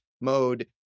mode